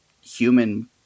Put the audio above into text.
human